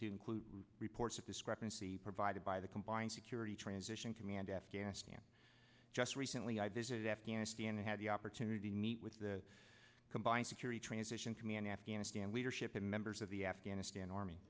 to include reports of discrepancy provided by the combined security transition command in afghanistan just recently i visited afghanistan had the opportunity to meet with the combined security transition command in afghanistan leadership and members of the afghanistan army